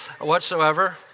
whatsoever